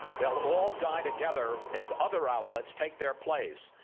there will all die together as other outlets take their place.